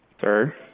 Sir